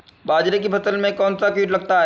बाजरे की फसल में कौन सा कीट लगता है?